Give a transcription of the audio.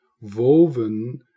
woven